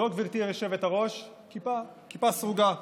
זאת, גברתי היושבת-ראש, כיפה, כיפה סרוגה.